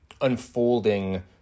unfolding